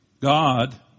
God